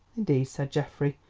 indeed, said geoffrey,